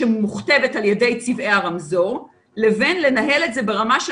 שמוכתבת על ידי צבעי הרמזור לבין לנהל את זה ברמה של